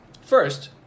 First